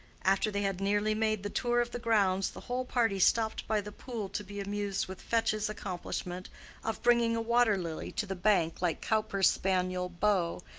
after they had nearly made the tour of the grounds, the whole party stopped by the pool to be amused with fetch's accomplishment of bringing a water lily to the bank like cowper's spaniel beau,